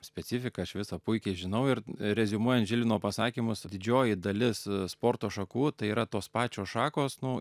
specifiką aš visą puikiai žinau ir reziumuojant žilvino pasakymas didžioji dalis sporto šakų tai yra tos pačios šakos nu